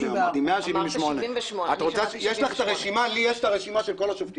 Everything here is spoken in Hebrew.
178. אמרתי 178. אמרת 78. אני שמעתי 78. לי יש את הרשימה של כל השובתים.